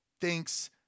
thinks